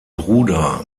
bruder